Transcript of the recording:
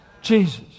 Jesus